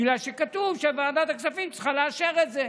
בגלל שכתוב שוועדת הכספים צריכה לאשר את זה.